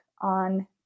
on